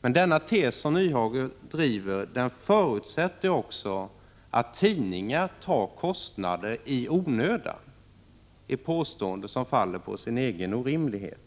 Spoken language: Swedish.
Men den tes som Hans Nyhage driver förutsätter också att tidningar tar kostnader i onödan, ett påstående som faller på sin egen orimlighet.